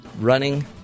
running